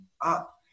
up